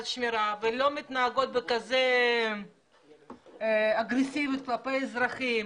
שמירה ולא מתנהגות בכזו אגרסיביות כלפי האזרחים.